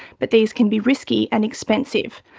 but these can be risky and expensive.